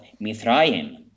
Mithraim